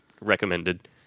Recommended